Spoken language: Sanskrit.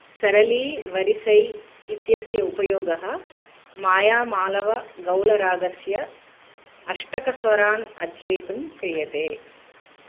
सरलीवरिसै इत्यस्य उपयोगः मायामालवगौलरागस्य अष्टकस्वरान् अध्येतुं क्रियते